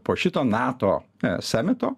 po šito nato samito